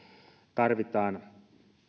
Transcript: tarvitaan